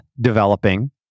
developing